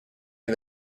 and